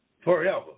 forever